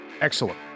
Excellent